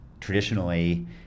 traditionally